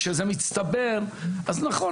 כשזה מצטבר אז נכון,